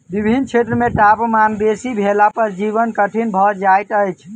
विभिन्न क्षेत्र मे तापमान बेसी भेला पर जीवन कठिन भ जाइत अछि